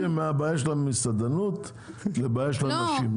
איך הגעתם מהבעיה של המסעדנות לבעיה של הנשים?